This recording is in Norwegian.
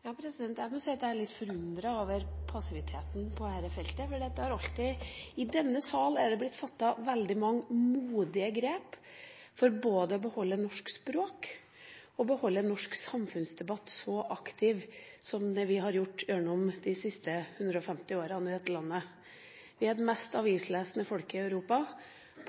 Jeg må si at jeg er litt forundret over passiviteten på dette feltet. I denne sal er det blitt tatt veldig mange modige grep for både å beholde norsk språk og å holde norsk samfunnsdebatt så aktiv som det den har vært i dette landet gjennom de siste 150 åra. Vi er det mest avislesende folket i Europa,